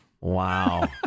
wow